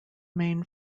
main